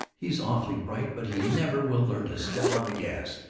he's awfully bright, but he never will learn to step on the gas,